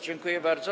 Dziękuję bardzo.